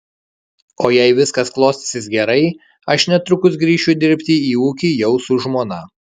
o jei viskas klostysis gerai aš netrukus grįšiu dirbti į ūkį jau su žmona